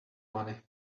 money